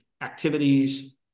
activities